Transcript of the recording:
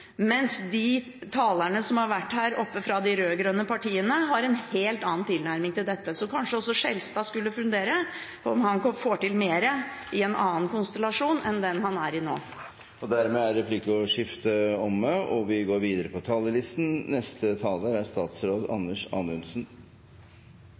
mens de talerne som har vært her oppe fra de rød-grønne partiene, har en helt annen tilnærming til dette. Så kanskje Skjelstad skulle fundere på om han kan få til mer i en annen konstellasjon enn den han er i nå. Replikkordskiftet er omme. Jeg vil først få lov til å vise til budsjettforliket mellom regjeringspartiene, Kristelig Folkeparti og Venstre og mener det er